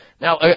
Now